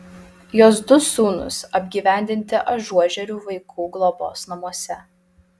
jos du sūnūs apgyvendinti ažuožerių vaikų globos namuose